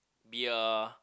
be a